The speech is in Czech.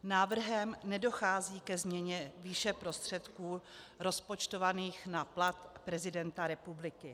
Návrhem nedochází ke změně výše prostředků rozpočtovaných na plat prezidenta republiky.